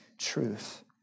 truth